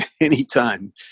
anytime